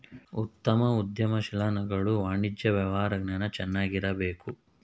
ಉತ್ತಮ ಉದ್ಯಮಶೀಲನಾಗಲು ವಾಣಿಜ್ಯ ವ್ಯವಹಾರ ಜ್ಞಾನ ಚೆನ್ನಾಗಿರಬೇಕು